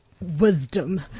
wisdom